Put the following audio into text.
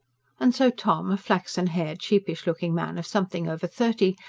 and so tom, a flaxen-haired, sheepish-looking man of something over thirty,